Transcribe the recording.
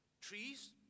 Trees